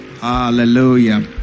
Hallelujah